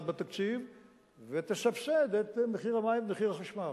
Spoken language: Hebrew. בתקציב ותסבסד את מחיר המים ואת מחיר מחשמל.